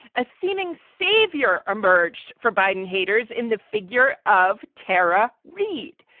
a seeming savior emerged for biden haters in the figure of tara reid,